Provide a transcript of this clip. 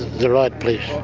the riot police.